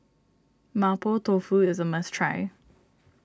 Mapo Tofu is a must try